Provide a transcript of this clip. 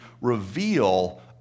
reveal